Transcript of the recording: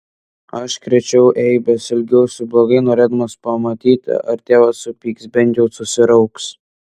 aš krėčiau eibes elgiausi blogai norėdamas pamatyti ar tėvas supyks bent jau susirauks